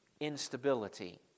instability